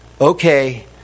Okay